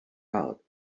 out